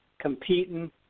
competing